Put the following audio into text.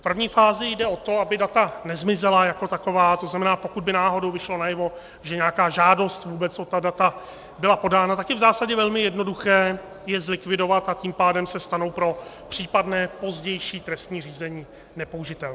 V první fázi jde o to, aby data nezmizela jako taková, to znamená, pokud by náhodou vyšlo najevo, že nějaká žádost o ta data byla vůbec podána, tak je v zásadě velmi jednoduché je zlikvidovat, a tím pádem se stanou pro případné pozdější trestní řízení nepoužitelná.